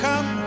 Come